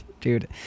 Dude